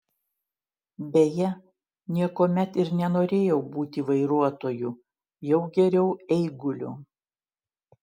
beje niekuomet ir nenorėjau būti vairuotoju jau geriau eiguliu